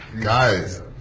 Guys